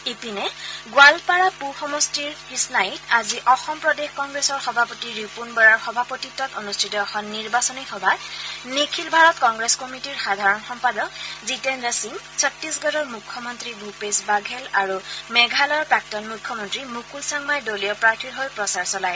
ইপিনে গোৱালপাৰা পুব সমষ্টিৰ কৃষ্ণাইত আজি অসম প্ৰদেশ কংগ্ৰেছৰ সভাপতি ৰিপুন বৰাৰ সভাপতিত্বত অনুষ্ঠিত এখন নিৰ্বাচনী সভাত নিখিল ভাৰত কংগ্ৰেছ কমিটীৰ সাধাৰণ সম্পাদক জিতেদ্ৰ সিং ছট্টিশগড়ৰ মুখ্যমন্ত্ৰী ভূপেশ বাঘেল আৰু মেঘালয়ৰ প্ৰাক্তন মুখ্যমন্ত্ৰী মুকুল চাংমাই দলীয় প্ৰাৰ্থীৰ হৈ প্ৰচাৰ চলায়